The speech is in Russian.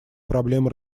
проблемы